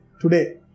Today